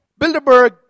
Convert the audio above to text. Bilderberg